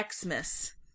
Xmas